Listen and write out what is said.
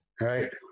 right